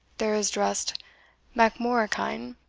there is drust macmorachin,